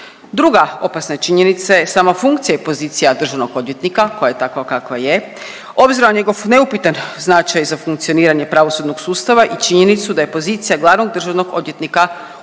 Druga opasna činjenica je sama funkcija i pozicija državnog odvjetnika koja je takva kakva je obzirom na njegov neupitan značaj za funkcioniranje pravosudnog sustava i činjenicu da je pozicija glavnog državnog odvjetnika utjecajnija